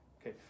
okay